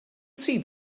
see